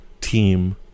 team